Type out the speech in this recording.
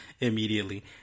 immediately